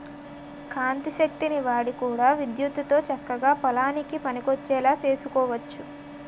కాంతి శక్తిని వాడి కూడా విద్యుత్తుతో చక్కగా పొలానికి పనికొచ్చేలా సేసుకోవచ్చు